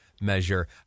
measure